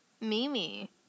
Mimi